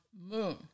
Moon